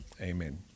Amen